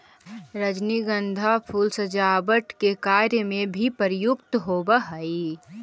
रजनीगंधा फूल सजावट के कार्य में भी प्रयुक्त होवऽ हइ